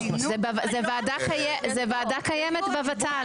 זו וועדה קיימת בות"ל.